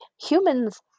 Humans